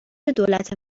دولت